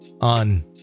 on